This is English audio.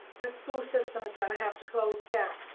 the school system, it's gonna have to close down.